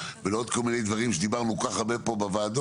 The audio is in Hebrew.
ולעוד כל מיני דברים שדיברנו עליהם ככה פה בוועדות,